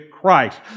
Christ